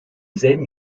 selben